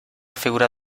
figura